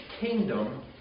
kingdom